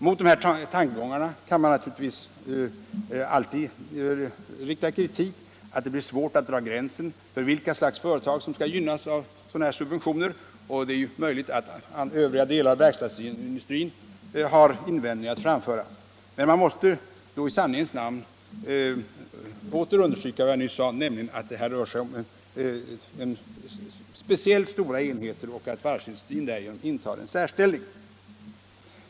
Mot dessa tankegångar kan naturligtvis alltid kritik riktas att det blir svårt att dra gränsen för vilka slags företag som skall gynnas av sådana subventioner — och det är möjligt att övriga delar av verkstadsindustrin har invändningar att framföra — men man måste väl i sanningens namn säga att det här rör sig om speciellt stora enhetér och att varvsindustrin därför intar en särställning.